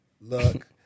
look